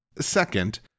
Second